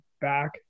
back